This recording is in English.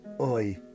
Oi